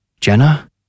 Jenna